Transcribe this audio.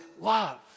love